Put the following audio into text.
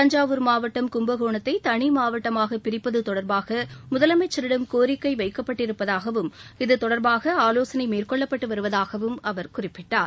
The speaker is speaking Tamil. தஞ்சாவூர் மாவட்டம் கும்பகோணத்தை தனி மாவட்டமாக பிரிப்பது தொடர்பாக முதலமைச்சிடம் னோிக்கை வைக்கப்பட்டிருப்பதாகவும் இது தொடர்பான ஆலோசனை மேற்னொள்ளப்பட்டு வருவதாகவும் அவர் குறிப்பிட்டார்